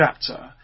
chapter